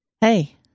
Hey